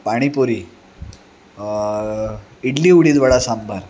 पाणीपुरी इडली उडीद वडा सांबार